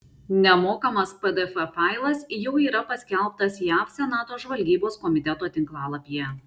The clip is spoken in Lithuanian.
nemokamas pdf failas jau yra paskelbtas jav senato žvalgybos komiteto tinklalapyje